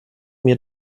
mir